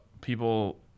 people